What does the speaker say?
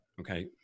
okay